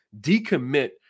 decommit